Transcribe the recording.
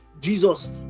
Jesus